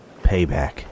Payback